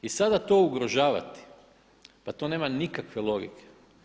I sada to ugrožavati pa to nema nikakve logike.